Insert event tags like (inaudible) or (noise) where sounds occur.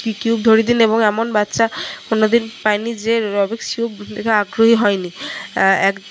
কি কিউব ধরিয়ে দিন এবং এমন বাচ্চা কোনোদিন পাইনি যে রুবিকস কিউব দেখে আগ্রহী হয়নি (unintelligible) এক